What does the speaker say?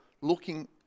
looking